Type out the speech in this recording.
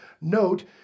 Note